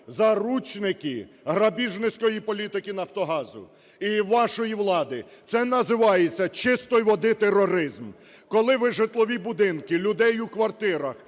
грабіжницької політики "Нафтогазу" і вашої влади. Це називається чистої води тероризм. Коли ви житлові будинки, людей у квартирах,